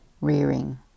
rearing